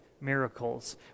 miracles